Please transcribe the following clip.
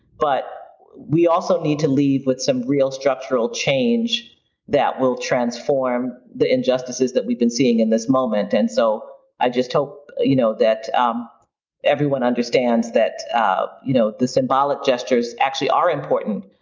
but we also need to leave with some real structural change that will transform the injustices that we've been seeing in this moment. and so i just hope you know that um everyone understands that you know the symbolic gestures actually are important,